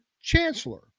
chancellor